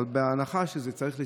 אבל בהנחה שזה צריך להסתדר,